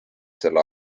selle